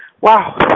Wow